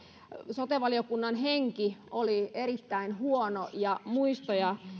sote valiokunnan henki oli erittäin huono ja muistoja